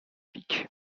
pique